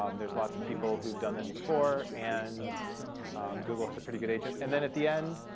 um there's lots of people who've done this before, and google has a pretty good agent. and then at the end,